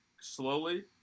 slowly